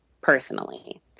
personally